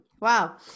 Wow